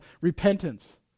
repentance